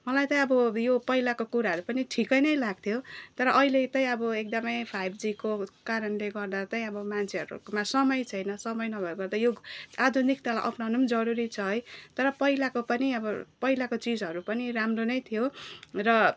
मलाई त अब यो पहिलाको कुराहरू पनि ठिक्कै नै लाग्थ्यो तर अहिले त अब एकदमै फाइभजिको कारणले गर्दा त अब मान्छेहरूकोमा समय छैन म चाहिँ नभएको गर्दा यो आधुनिकतालाई अपनाउनु पनि जरुरी छ है तर पहिलाको पनि अब पहिलाको चिजहरू पनि राम्रो नै थियो र